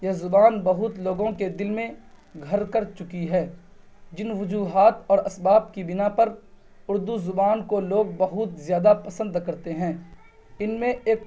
یہ زبان بہت لوگوں کے دل میں گھر کر چکی ہے جن وجوہات اور اسباب کی بنا پر اردو زبان کو لوگ بہت زیادہ پسند کرتے ہیں ان میں ایک